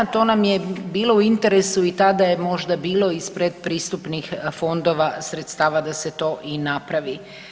To nam je bilo u interesu i tada je možda bilo iz predpristupnih fondova sredstava da se to i napravi.